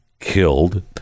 killed